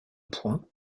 poing